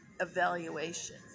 evaluation